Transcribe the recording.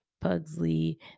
Pugsley